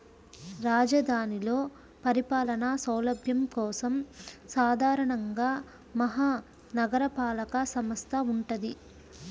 రాజధానిలో పరిపాలనా సౌలభ్యం కోసం సాధారణంగా మహా నగరపాలక సంస్థ వుంటది